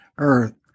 earth